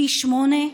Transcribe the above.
פי שמונה.